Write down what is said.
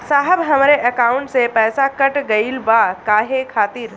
साहब हमरे एकाउंट से पैसाकट गईल बा काहे खातिर?